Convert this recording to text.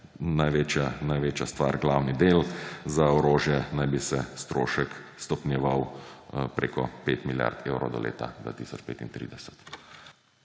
največja stvar, glavni del, za orožje naj bi se strošek stopnjeval preko 5 milijard evrov do leta 2035.